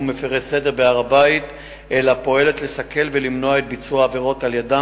ולפיו המשטרה תיסוג מההר והווקף מתחייב לשמור על שקט.